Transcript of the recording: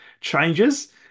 changes